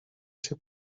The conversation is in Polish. się